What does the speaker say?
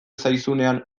zaizunean